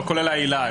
לא כולל העילה.